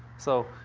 so,